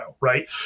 right